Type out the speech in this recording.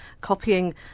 copying